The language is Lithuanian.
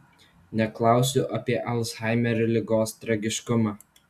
neklausiu apie alzhaimerio ligos tragiškumą